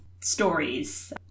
stories